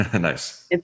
Nice